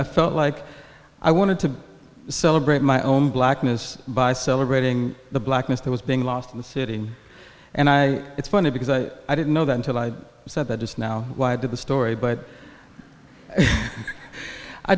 i felt like i wanted to celebrate my own blackness by celebrating the blackness that was being lost in the city and i it's funny because i didn't know that until i said that just now why did the story but i